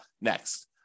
next